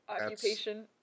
occupation